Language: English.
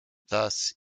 thus